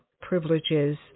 privileges